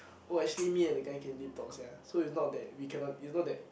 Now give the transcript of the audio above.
oh actually me and the guy can detox sia so it's not that we cannot it's not that